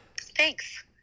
Thanks